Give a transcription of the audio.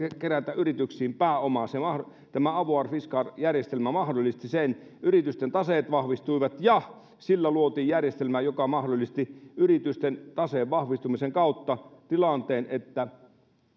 kerätä yrityksiin pääomaa tämä avoir fiscal järjestelmä mahdollisti sen että yritysten taseet vahvistuivat ja sillä luotiin järjestelmä joka mahdollisti yritysten taseen vahvistumisen kautta tilanteen että